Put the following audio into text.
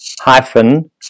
Hyphen